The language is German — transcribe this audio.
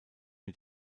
mit